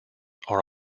are